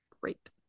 Great